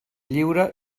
lliure